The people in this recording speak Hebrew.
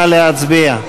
נא להצביע.